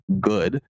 good